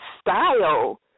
style